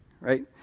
right